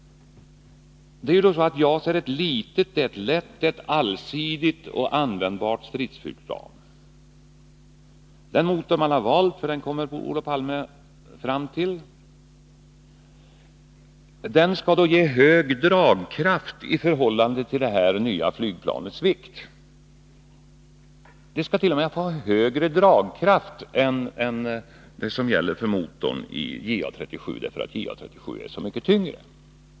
JAS är alltså ett litet, lätt, allsidigt och användbart stridsflygplan. Den motor man har valt — Olof Palme kom också fram till det — skall ge stor dragkraft i förhållande till detta nya flygplans vikt. Den skall t.o.m. ha större dragkraft än som gäller för motorn i JA 37, därför att JA 37 är så mycket tyngre.